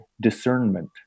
discernment